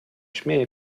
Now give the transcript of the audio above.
śmieje